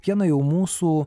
vieną jau mūsų